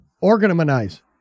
Organize